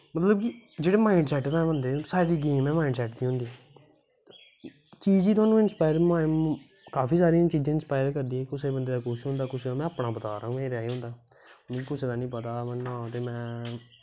मतलब कि जेह्ड़ा माईंड़सैट सारी गेम गै माईंड़सैट दी होंदी चीज़ गै थुआनूं इंस्पायर काफी सारियां चीज़ां न इंस्पायर करदियां कि कुसै बंदे दा कुछ होंदा कुसै बंदे दे कुछ में अपना बता रहा हूं मेरा एह् होंदा कुसे दा पता नां कि केह् होंदा ऐ